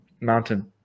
mountain